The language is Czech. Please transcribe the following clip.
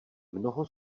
mnoho